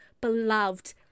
beloved